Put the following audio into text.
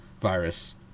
virus